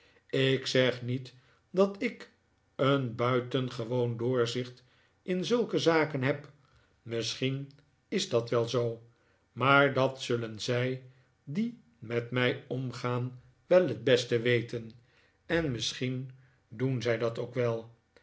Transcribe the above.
ik zeg niet dat ik een buitengewoon doorzicht in zulke zaken heb misschien is dat wel zoo maar dat zullen zij die met mij omgaan wel t beste weten en misschien doen zij dat ook wel